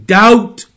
doubt